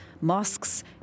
mosques